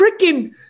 freaking